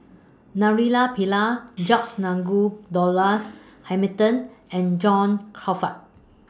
Naraina Pillai George Nigel Douglas Hamilton and John Crawfurd